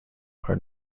are